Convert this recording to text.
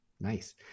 nice